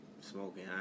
Smoking